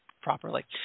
properly